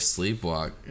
Sleepwalk